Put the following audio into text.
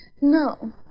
No